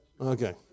Okay